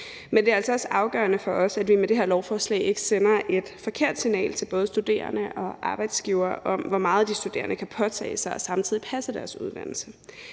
Men det er altså også afgørende for os, at vi med det her lovforslag ikke sender et forkert signal til både studerende og arbejdsgivere om, hvor meget de studerende kan påtage sig og samtidig passe deres uddannelse.